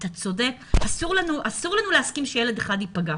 אתה צודק שאסור לנו להסכים שילד אחד ייפגע,